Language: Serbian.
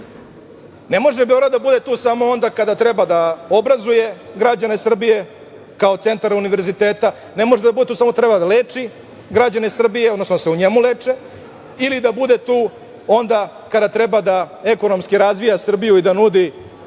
Beograd da bude tu samo onda kada treba da obrazuje građane Srbije, kao centar univerziteta, ne može da bude tu da samo treba da leči građane Srbije, odnosno da se u njemu leče, ili da bude tu onda kada treba da ekonomski razvija Srbiju i da nudi